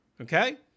Okay